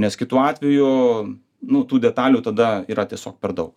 nes kitu atveju nu tų detalių tada yra tiesiog per daug